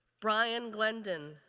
brian glendon,